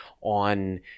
on